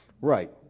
Right